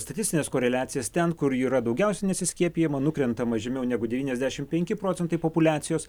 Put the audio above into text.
statistines koreliacijas ten kur yra daugiausiai nesiskiepijama nukrentama žemiau negu devyniasdešim penki procentai populiacijos